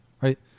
Right